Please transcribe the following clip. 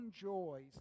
joys